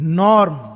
norm